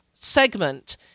Segment